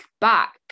back